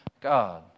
God